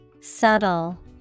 Subtle